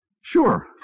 Sure